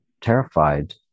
terrified